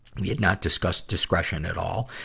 we had not discussed discretion at all,